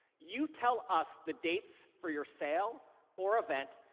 you tell us the dates for your sale or event,